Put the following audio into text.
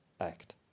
act